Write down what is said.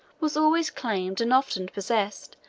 was always claimed, and often possessed,